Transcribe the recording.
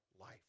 life